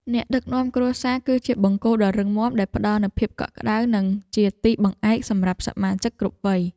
អ្នកដឹកនាំគ្រួសារ គឺជាបង្គោលដ៏រឹងមាំដែលផ្តល់នូវភាពកក់ក្តៅ និងជាទីបង្អែកសម្រាប់សមាជិកគ្រប់វ័យ។